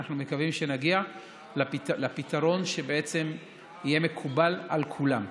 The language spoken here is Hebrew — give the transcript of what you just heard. אנו מקווים שנגיע לפתרון שיהיה מקובל על כולם.